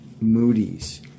Moody's